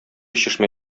чишмә